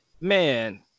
man